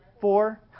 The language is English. Four